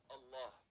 Allah